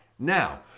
Now